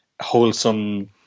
wholesome